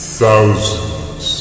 thousands